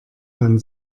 man